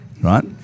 right